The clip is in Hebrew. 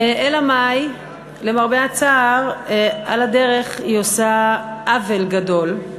אלא מאי, למרבה הצער, על הדרך היא עושה עוול גדול,